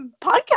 podcast